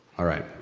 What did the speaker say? alright,